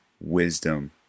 wisdom